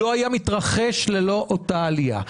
לא היה מתרחש ללא אותה עלייה,